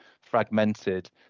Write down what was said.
fragmented